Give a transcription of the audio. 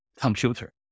computer